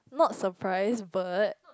not surprised but